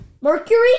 Mercury